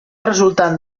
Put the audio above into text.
resultant